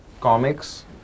comics